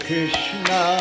Krishna